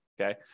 okay